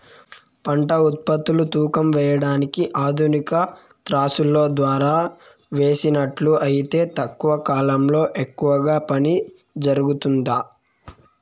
పంట ఉత్పత్తులు తూకం వేయడానికి ఆధునిక త్రాసులో ద్వారా వేసినట్లు అయితే తక్కువ కాలంలో ఎక్కువగా పని జరుగుతుందా?